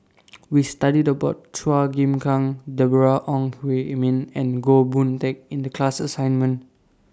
We studied about Chua Chim Kang Deborah Ong Hui Min and Goh Boon Teck in The class assignment